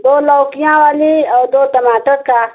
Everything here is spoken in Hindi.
दो लौकियाँ वाली और दो टमाटर का